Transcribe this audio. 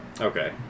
Okay